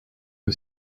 que